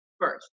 first